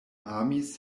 amis